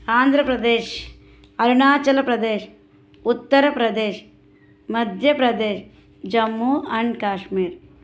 Andhra Pradesh Arunachal Pradesh Uttar Pradesh Madhya Pradesh Jammu and Kashmir